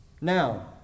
Now